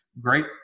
great